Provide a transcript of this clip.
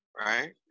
Right